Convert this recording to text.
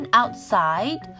outside